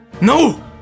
No